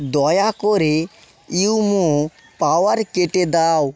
দয়া করে উইমো পাওয়ার কেটে দাও